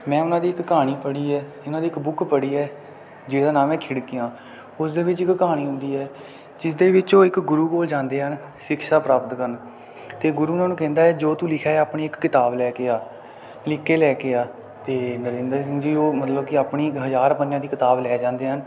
ਮੈਂ ਉਹਨਾਂ ਦੀ ਇੱਕ ਕਹਾਣੀ ਪੜ੍ਹੀ ਹੈ ਇਹਨਾਂ ਦੀ ਇੱਕ ਬੁੱਕ ਪੜ੍ਹੀ ਹੈ ਜਿਹਦਾ ਨਾਮ ਹੈ ਖਿੜਕੀਆਂ ਉਸ ਦੇ ਵਿੱਚ ਇੱਕ ਕਹਾਣੀ ਹੁੰਦੀ ਹੈ ਜਿਸਦੇ ਵਿੱਚ ਉਹ ਇੱਕ ਗੁਰੂ ਕੋਲ ਜਾਂਦੇ ਹਨ ਸ਼ਿਕਸ਼ਾ ਪ੍ਰਾਪਤ ਕਰਨ ਅਤੇ ਗੁਰੂ ਉਹਨਾਂ ਨੂੰ ਕਹਿੰਦਾ ਹੈ ਜੋ ਤੂੰ ਲਿਖਿਆ ਹੈ ਆਪਣੀ ਇੱਕ ਕਿਤਾਬ ਲੈ ਕੇ ਆ ਲਿਖ ਕੇ ਲੈ ਕੇ ਆ ਅਤੇ ਨਰਿੰਦਰ ਸਿੰਘ ਜੀ ਉਹ ਮਤਲਬ ਕਿ ਆਪਣੀ ਇੱਕ ਹਜ਼ਾਰ ਪੰਨਿਆਂ ਦੀ ਕਿਤਾਬ ਲੈ ਜਾਂਦੇ ਹਨ